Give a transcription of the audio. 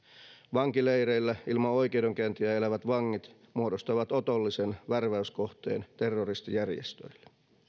vankileireillä ilman oikeudenkäyntiä elävät vangit muodostavat otollisen värväyskohteen terroristijärjestöille